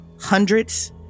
Hundreds